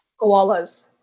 Koalas